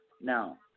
no